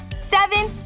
seven